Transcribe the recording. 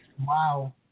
Wow